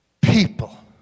People